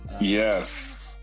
Yes